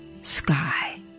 sky